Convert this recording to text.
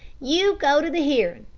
you go to the hearin'.